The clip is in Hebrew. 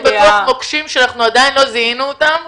בטוח מוקשים שאנחנו עדין לא זיהינו אותם,